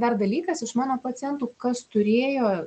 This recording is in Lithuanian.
dar dalykas iš mano pacientų kas turėjo